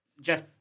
Jeff